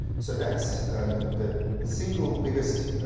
so that's the the single biggest